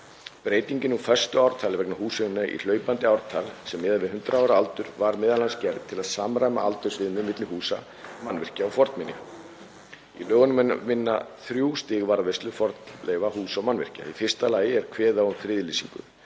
Breytingin úr föstu ártali vegna húsafriðunar í hlaupandi ártal sem miðaði við 100 ára aldur var m.a. gerð til að samræma aldursviðmið milli húsa, mannvirkja og fornminja. Í lögunum er að finna þrjú stig varðveislu fornleifa, húsa og mannvirkja. Í fyrsta lagi er kveðið á um friðlýsingu.